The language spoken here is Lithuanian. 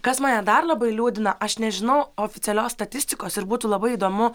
kas mane dar labai liūdina aš nežinau oficialios statistikos ir būtų labai įdomu